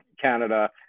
Canada